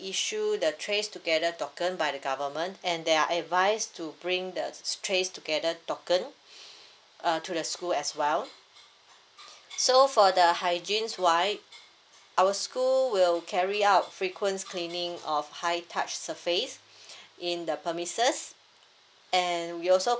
issued the TraceTogether token by the government and they are advised to bring the TraceTogether token uh to the school as well so for the hygiene swipe our school will carry out frequents cleaning of high touch surface in the premises and we also